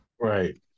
right